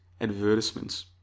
advertisements